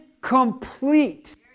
complete